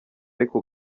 ariko